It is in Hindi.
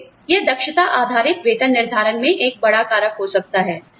फिर यह दक्षता आधारित वेतन निर्धारण में एक बड़ा कारक हो सकता है